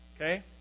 Okay